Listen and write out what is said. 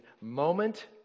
moment